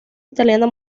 italiana